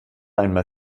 einmal